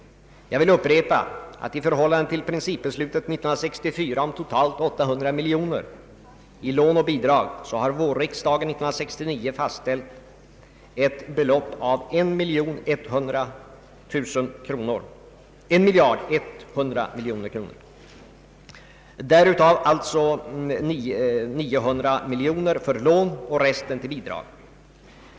Jag vill upprepa att i förhållande till principbeslutet 1964 om totalt 800 miljoner kronor i lån och bidrag har vårriksdagen 1969 fastställt ett belopp av totalt 1100 miljoner kronor, varav 900 miljoner kronor för lån och resten till bidrag.